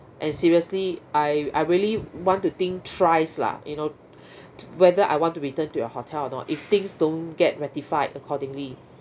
and seriously I I really want to think thrice lah you know whether I want to return to your hotel or not if things don't get rectified accordingly